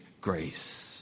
Grace